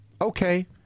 okay